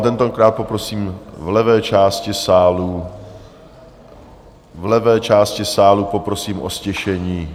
Tentokrát poprosím v levé části sálu... v levé části sálu poprosím o ztišení...